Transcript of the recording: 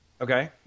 Okay